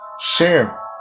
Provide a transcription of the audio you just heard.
Share